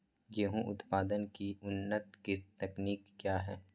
गेंहू उत्पादन की उन्नत तकनीक क्या है?